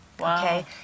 okay